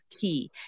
key